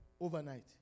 overnight